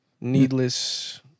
needless